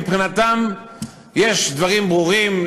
מבחינתם יש דברים ברורים,